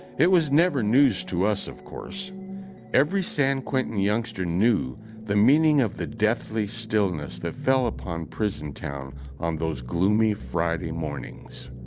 it was never news to us, of course every san quentin youngster knew the meaning of the deathly stillness that fell upon prison town on those gloomy friday mornings.